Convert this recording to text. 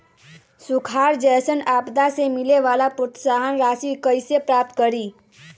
सुखार जैसन आपदा से मिले वाला प्रोत्साहन राशि कईसे प्राप्त करी?